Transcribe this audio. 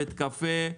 בית קפה,